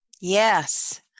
Yes